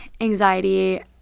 anxiety